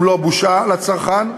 אם לא בושה, לצרכן,